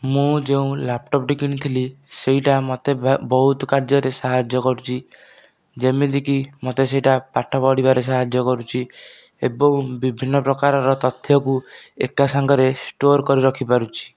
ମୁଁ ଯେଉଁ ଲାପଟପ୍ ଟି କିଣିଥିଲି ସେଇଟା ମୋତେ ବହୁତ କାର୍ଯ୍ୟରେ ସାହାଯ୍ୟ କରୁଛି ଯେମିତିକି ମୋତେ ସେଇଟା ପାଠ ପଢ଼ିବାରେ ସାହାଯ୍ୟ କରୁଛି ଏବଂ ବିଭିନ୍ନ ପ୍ରକାରର ତଥ୍ୟକୁ ଏକା ସାଙ୍ଗରେ ଷ୍ଟୋର କରି ରଖି ପାରୁଛି